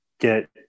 get